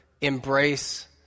embrace